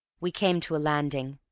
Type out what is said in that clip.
we came to a landing.